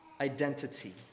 identity